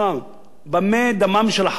במה דמן של החברות סמוק יותר?